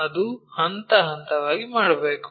ಅದು ಹಂತ ಹಂತವಾಗಿ ಮಾಡಬೇಕು